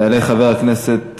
יעלה חבר הכנסת